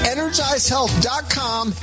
EnergizeHealth.com